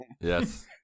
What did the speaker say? Yes